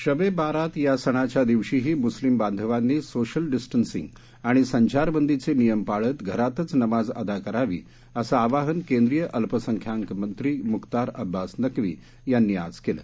शब ए बारात या सणाच्या दिवशीही म्स्लिम बांधवांनी सोशल डिस्टन्सिंग आणि संचारबंदीचे नियम पाळत घरातच नमाज अदा करावी असं आवाहन केंद्रीय अल्पसंख्याक मंत्री मुक्तार अब्बास नक्वी यांनी आज केलं